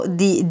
di